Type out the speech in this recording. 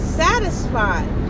satisfied